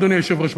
אדוני היושב-ראש,